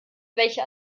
welche